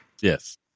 Yes